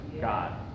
God